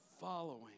following